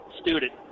student